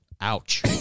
ouch